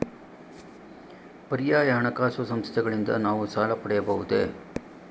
ಪರ್ಯಾಯ ಹಣಕಾಸು ಸಂಸ್ಥೆಗಳಿಂದ ನಾವು ಸಾಲ ಪಡೆಯಬಹುದೇ?